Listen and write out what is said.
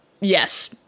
yes